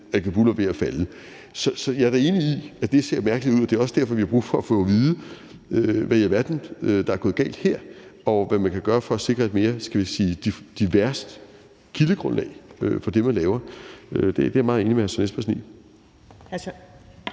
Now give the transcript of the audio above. at Kabul var ved at falde. Så jeg er da enig i, at det ser mærkeligt ud, og det er også derfor, vi har brug for at få at vide, hvad i alverden der er gået galt her, og hvad man kan gøre for at sikre mere, skal vi sige diversitet i kildegrundlaget for det, man laver. Det er jeg meget enig med hr. Søren Espersen